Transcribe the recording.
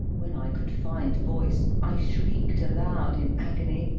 when i could find voice, i shrieked aloud in agony,